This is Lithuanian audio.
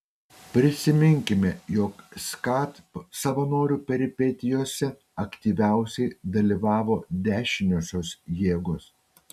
prisiminkime jog skat savanorių peripetijose aktyviausiai dalyvavo dešiniosios jėgos